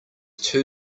too